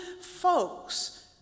folks